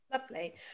Lovely